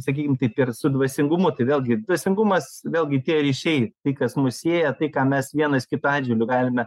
sakykim taip ir su dvasingumu tai vėlgi dvasingumas vėlgi tie ryšiai tai kas mus sieja tai ką mes vienas kito atžvilgiu galime